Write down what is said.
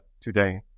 today